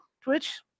Twitch